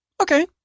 Okay